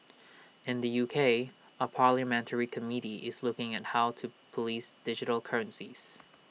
in the U K A parliamentary committee is looking at how to Police digital currencies